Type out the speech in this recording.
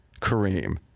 Kareem